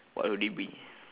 what would it be